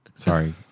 Sorry